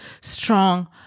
strong